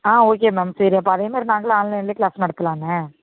ஆ okay ma'am சரி அப்போ அதேமாரி நாங்களும் ஆன்லைன்லையே க்ளாஸ் நடத்தலாமே